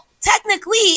technically